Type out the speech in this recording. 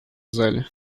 зале